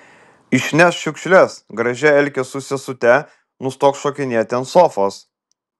išnešk šiukšles gražiai elkis su sesute nustok šokinėti ant sofos